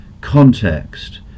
context